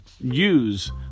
use